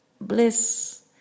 bliss